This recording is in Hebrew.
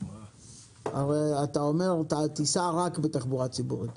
הרי אתה אומר סע רק בתחבורה ציבורית.